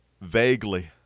vaguely